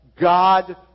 God